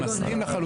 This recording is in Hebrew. אני מסכים לחלוטין.